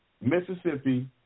Mississippi